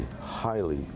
highly